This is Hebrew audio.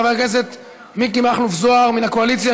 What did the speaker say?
חבר הכנסת מיקי מכלוף זוהר מן הקואליציה.